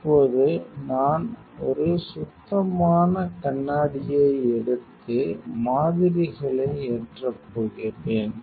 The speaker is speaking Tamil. இப்போது நான் ஒரு சுத்தமான கண்ணாடியை எடுத்து மாதிரிகளை ஏற்றப் போகிறேன்